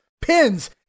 pins